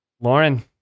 Lauren